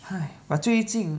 我最近